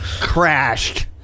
crashed